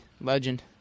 Legend